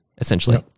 Essentially